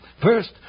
First